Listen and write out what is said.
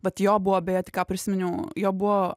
vat jo buvo beje tik ką prisiminiau jo buvo